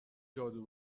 جادو